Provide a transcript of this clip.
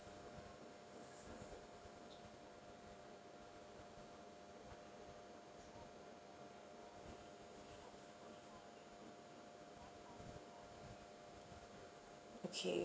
okay